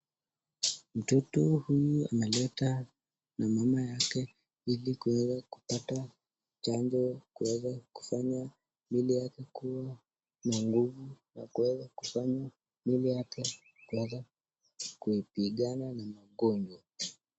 Mtoto huyu ameletwa na mama yake ili kuweza kupata chanjo kuweza kufanya mwili yake kuwa na nguvu, na kuweza kufanya mwili yake kuweza kuipigana na magonjwa.